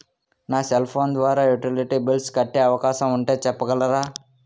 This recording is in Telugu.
నా సెల్ ఫోన్ ద్వారా యుటిలిటీ బిల్ల్స్ కట్టే అవకాశం ఉంటే చెప్పగలరా?